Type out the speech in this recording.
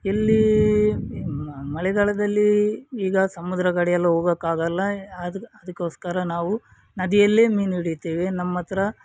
ಎಲ್ಲಿ ಮ ಮಳೆಗಾಲದಲ್ಲಿ ಈಗ ಸಮುದ್ರ ಕಡೆಯೆಲ್ಲ ಹೋಗೋಕ್ಕಾಗೋಲ್ಲ ಅದು ಅದಕ್ಕೋಸ್ಕರ ನಾವು ನದಿಯಲ್ಲೇ ಮೀನು ಹಿಡಿಯುತ್ತೇವೆ ನಮ್ಮ ಹತ್ರ